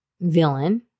villain